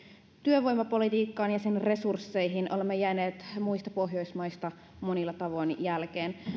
työvoimapolitiikkaan ja sen resursseihin olemme jääneet muista pohjoismaista monilla tavoin jälkeen